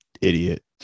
idiot